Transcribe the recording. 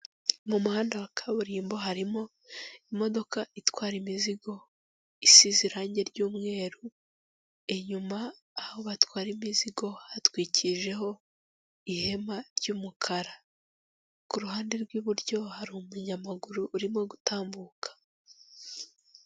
Mu muhanda wa kaburimbo harimo imodoka itwara imizigo isize irange ry'umweru, inyuma aho batwara imizigo hatwikijeho ihema ry'umukara, ku ruhande rw'iburyo hari umunyamaguru urimo gutambuka.